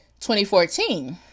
2014